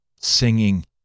singing